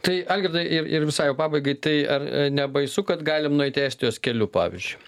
tai algirdai ir ir visai jau pabaigai tai ar a nebaisu kad galim nueit estijos keliu pavyzdžiui